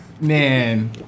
man